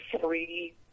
three